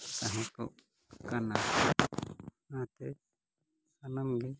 ᱛᱟᱦᱮᱸᱠᱚᱜ ᱠᱟᱱᱟ ᱚᱱᱟᱛᱮ ᱥᱟᱱᱟᱢ ᱜᱮ